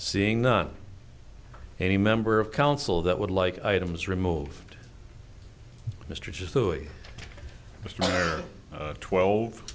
seeing not any member of council that would like items removed mr just twelve